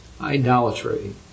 idolatry